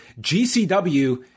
GCW